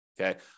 Okay